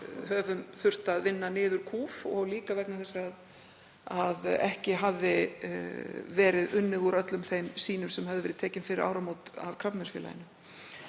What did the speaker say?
höfum þurft að vinna niður kúf og líka vegna þess að ekki hafði verið unnið úr öllum þeim sýnum sem tekin voru fyrir áramót af Krabbameinsfélaginu.